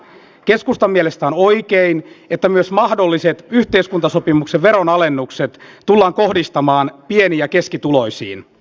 keskustan mielestä on oikein että myös mahdolliset yhteiskuntasopimuksen veronalennukset tullaan kohdistamaan pieni ja keskituloisiin